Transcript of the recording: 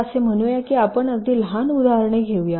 चला असे म्हणूया की आपण अगदी लहान उदाहरणे घेऊ